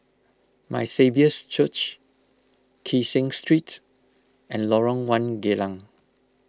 My Saviour's Church Kee Seng Street and Lorong one Geylang